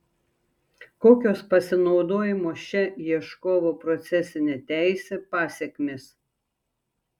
kokios pasinaudojimo šia ieškovo procesine teise pasekmės